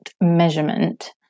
measurement